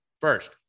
first